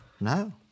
No